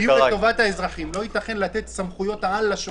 לא ייתכן לתת סמכויות-על לשופטים.